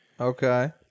okay